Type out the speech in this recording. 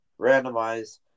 Randomize